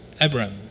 Abraham